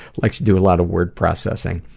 likes to do a lot of word processing.